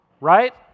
right